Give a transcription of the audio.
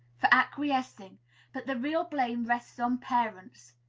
for acquiescing but the real blame rests on parents.